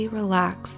relax